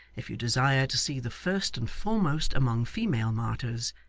if you desire to see the first and foremost among female martyrs,